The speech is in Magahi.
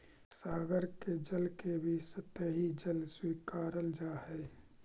सागर के जल के भी सतही जल स्वीकारल जा हई